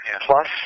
Plus